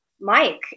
Mike